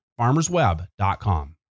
Farmersweb.com